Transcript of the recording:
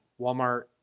Walmart